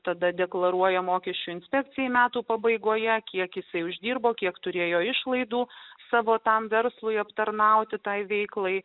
tada deklaruoja mokesčių inspekcijai metų pabaigoje kiek jisai uždirbo kiek turėjo išlaidų savo tam verslui aptarnauti tai veiklai